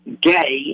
gay